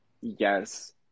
yes